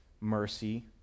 mercy